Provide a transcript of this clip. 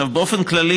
באופן כללי,